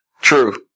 True